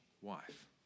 wife